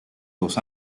dos